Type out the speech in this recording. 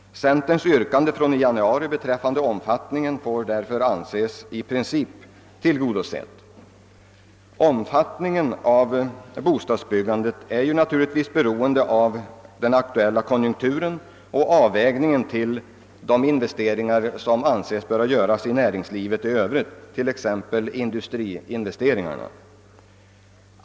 Centerpartiets yrkande från januari beträffande omfattningen får därför i princip anses tillgodosett. Omfattningen av bostadsbyggandet är naturligtvis beroende av den aktuella konjunkturen och avvägningen av de investeringar som anses böra göras i näringslivet i övrigt, t.ex. industriinvesteringarna.